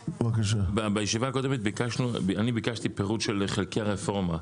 בישיבה הקודמת אני ביקשתי פירוט של חלקי רפורמה.